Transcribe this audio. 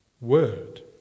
word